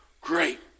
great